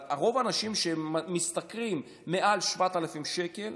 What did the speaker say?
אבל רוב האנשים שמשתכרים מעל 7,000 שקל,